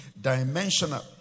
dimensional